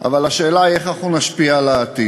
אבל השאלה היא איך אנחנו נשפיע על העתיד.